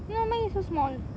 ya mine is so small